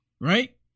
right